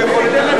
למה?